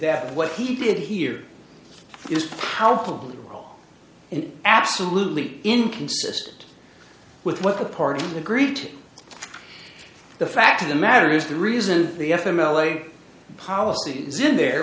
that what he did here is powerful and absolutely inconsistent with what the parties agreed to the fact of the matter is the reason the f m l a policy is in there